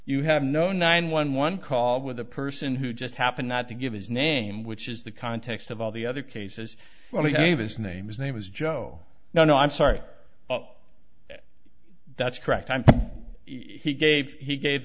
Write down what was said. you have no nine one one call with a person who just happened not to give his name which is the context of all the other cases where he gave his name his name is joe no no i'm sorry that's correct time he gave he gave